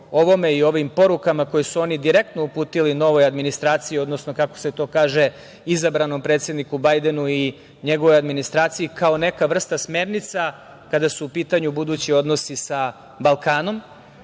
i ovim porukama koje su oni direktno uputili novoj administraciji, odnosno kako se to kaže, izabranom predsedniku Bajdenu i njegovoj administraciji, kao neka vrsta smernica kada su u pitanju budući odnosi sa Balkanom. Želim